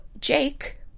Jake